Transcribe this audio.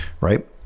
right